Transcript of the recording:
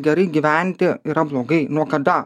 gerai gyventi yra blogai nuo kada